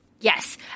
Yes